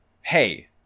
hey